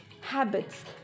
Habits